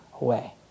away